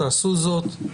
תעשו זאת.